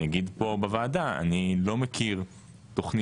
אני אגיד פה בוועדה אני לא מכיר תוכנית